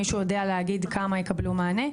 מישהו יודע להגיד כמה יקבלו מענה?